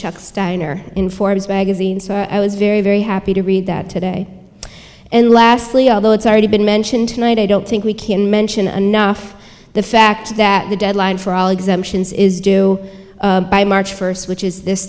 magazine so i was very very happy to read that today and lastly although it's already been mentioned tonight i don't think we can mention anough the fact that the deadline for all exemptions is due by march first which is this